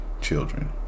children